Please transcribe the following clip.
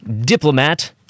diplomat